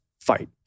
fight